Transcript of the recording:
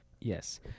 Yes